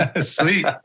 Sweet